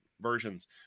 versions